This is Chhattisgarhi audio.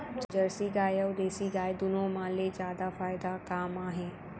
जरसी गाय अऊ देसी गाय दूनो मा ले जादा फायदा का मा हे?